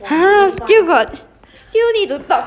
how long already you check I don't know how long